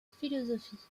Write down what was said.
philosophie